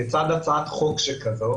כיצד הצעת חוק שכזו